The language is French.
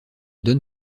donne